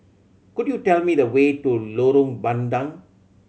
could you tell me the way to Lorong Bandang